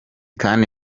kandi